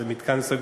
זה מתקן סגור,